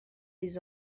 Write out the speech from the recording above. des